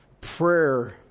Prayer